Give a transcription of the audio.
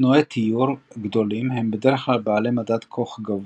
אופנועי תיור גדולים הם בדרך כלל בעלי מדד קוך גבוה,